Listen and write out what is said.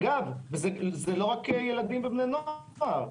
אגב, זה לא רק ילדים ונבי נוער.